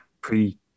pre-